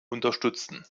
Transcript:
unterstützen